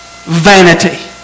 vanity